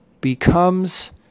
becomes